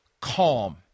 calm